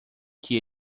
que